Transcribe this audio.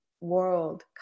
world